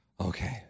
okay